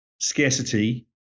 scarcity